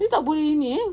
dia tak boleh ini eh